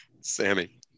Sammy